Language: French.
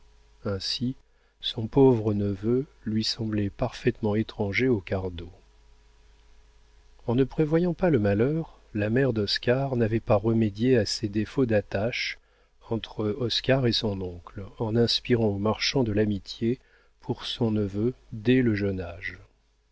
ainsi son pauvre neveu lui semblait parfaitement étranger aux cardot en ne prévoyant pas le malheur la mère d'oscar n'avait pas remédié à ces défauts d'attache entre oscar et son oncle en inspirant au marchand de l'amitié pour son neveu dès le jeune âge